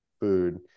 food